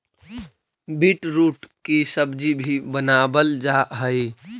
beetroot की सब्जी भी बनावाल जा हई